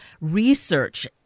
research